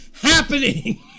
happening